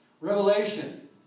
Revelation